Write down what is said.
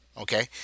Okay